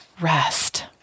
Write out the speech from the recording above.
rest